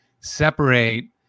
separate